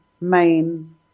main